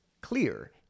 clear